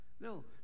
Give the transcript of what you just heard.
No